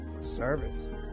service